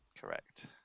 Correct